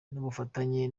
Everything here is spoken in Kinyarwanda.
n’ubufatanye